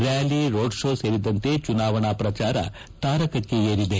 ರ್ಡಾಲಿ ರೋಡ್ಕೋ ಸೇರಿದಂತೆ ಚುನಾವಣಾ ಪ್ರಚಾರ ತಾರಕಕ್ಕೆ ಏರಿದೆ